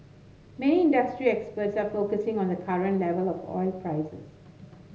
many industry experts are focusing on the current level of oil prices